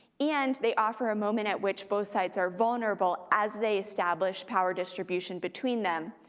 and they offer a moment at which both sides are vulnerable. as they establish power distribution between them,